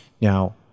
now